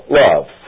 love